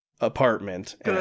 apartment